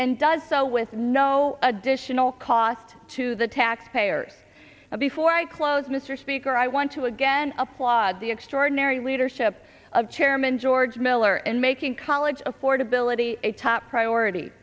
and does so with no additional cost to the taxpayer and before i close mr speaker i want to again applaud the extraordinary leadership of chairman george miller and making college affordability a top priority